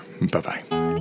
Bye-bye